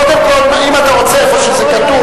קודם כול, אם אתה רוצה לדעת איפה זה כתוב,